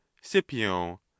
scipio